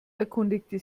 erkundigte